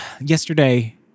yesterday